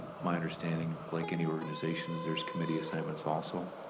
my understanding, like any organizations, there's committee assignments also.